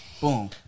Boom